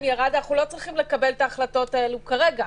ירד אנחנו לא צריכים לקבל את ההחלטות כרגע.